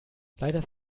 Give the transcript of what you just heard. leider